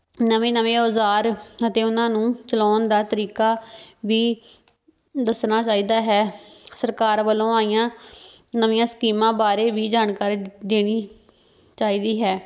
ਨਵੇਂ ਨਵੇਂ ਔਜ਼ਾਰ ਅਤੇ ਉਹਨਾਂ ਨੂੰ ਚਲਾਉਣ ਦਾ ਤਰੀਕਾ ਵੀ ਦੱਸਣਾ ਚਾਹੀਦਾ ਹੈ ਸਰਕਾਰ ਵੱਲੋਂ ਆਈਆਂ ਨਵੀਆਂ ਸਕੀਮਾਂ ਬਾਰੇ ਵੀ ਜਾਣਕਾਰੀ ਦ ਦੇਣੀ ਚਾਹੀਦੀ ਹੈ